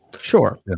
Sure